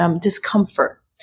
discomfort